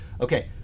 Okay